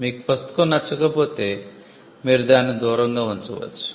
మీకు పుస్తకం నచ్చకపోతే మీరు దానిని దూరంగా ఉంచవచ్చు